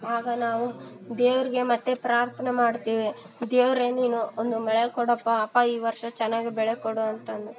ಆಗ ನಾವು ದೇವ್ರಿಗೆ ಮತ್ತೆ ಪ್ರಾರ್ಥನೆ ಮಾಡ್ತೀವಿ ದೇವರೇ ನೀನು ಒಂದು ಮಳೆ ಕೊಡಪ್ಪ ಅಪ್ಪ ಈ ವರ್ಷ ಚೆನ್ನಾಗಿ ಬೆಳೆ ಕೊಡು ಅಂತ ಅಂದು